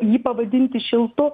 jį pavadinti šiltu